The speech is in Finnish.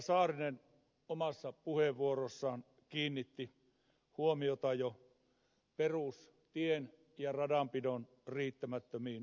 saarinen omassa puheenvuorossaan kiinnitti huomiota jo perustien ja radanpidon riittämättömiin määrärahoihin